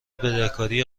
بدهکاری